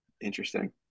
Interesting